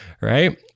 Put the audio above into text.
right